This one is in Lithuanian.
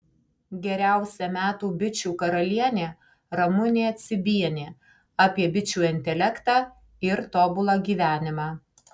geriausia metų bičių karalienė ramunė cibienė apie bičių intelektą ir tobulą gyvenimą